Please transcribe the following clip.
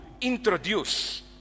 introduce